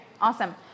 awesome